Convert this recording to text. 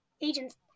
agents